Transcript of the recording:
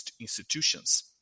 institutions